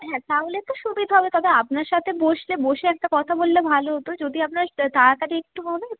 হ্যাঁ তাহলে তো সুবিধা হবে তবে আপনার সাথে বসলে বসে একটা কথা বললে ভালো হতো যদি আপনার তাড়াতাড়ি একটু হবে